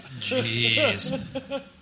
Jeez